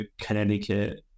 Connecticut